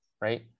right